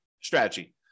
strategy